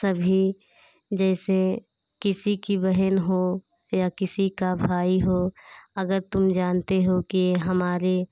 सभी जैसे किसी की बहन हो या किसी का भाई हो अगर तुम जानते हो कि ये हमारे